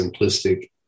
simplistic